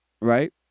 Right